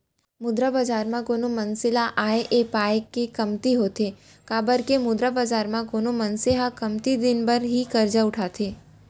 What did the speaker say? मुद्रा बजार म कोनो मनसे ल आय ऐ पाय के कमती होथे काबर के मुद्रा बजार म कोनो मनसे ह कमती दिन बर ही करजा उठाथे